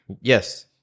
Yes